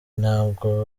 ntabwo